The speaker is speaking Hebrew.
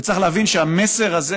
וצריך להבין שהמסר הזה,